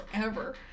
forever